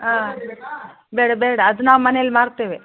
ಆಂ ಬೇಡ ಬೇಡ ಅದು ನಾವು ಮನೇಲ್ಲಿ ಮಾಡ್ತೇವೆ